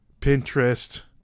Pinterest